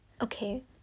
Okay